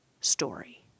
story